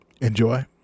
Enjoy